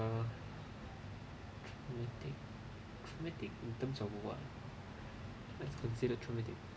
uh traumatic traumatic in terms of what what's considered traumatic